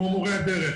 כמו מורי הדרך,